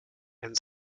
and